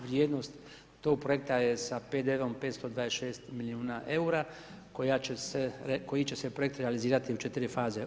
Vrijednost tog projekta je sa PDV-om 526 milijuna eura koji će se projekt realizirati u 4 faze.